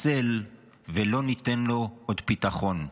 נחסל, ולא ניתן לו עוד פתחון.